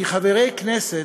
כי חברי כנסת,